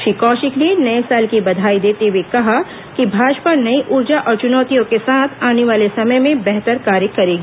श्री कौशिक ने नये साल की बधाई देते हुए कहा कि भाजपा नई ऊर्जा और चुनौतियों के साथ आने वाले समय में बेहतर कार्य करेगी